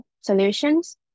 solutions